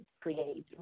create